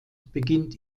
beginnt